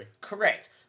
Correct